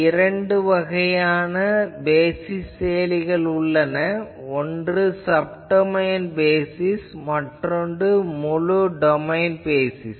இரண்டு வகையான பேசிஸ் செயலிகள் உள்ளன ஒன்று சப்டொமைன் பேசிஸ் மற்றொன்று முழு டொமைன் பேசிஸ்